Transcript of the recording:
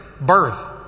birth